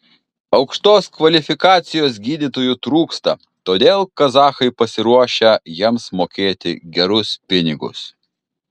aukštos kvalifikacijos gydytojų trūksta todėl kazachai pasiruošę jiems mokėti gerus pinigus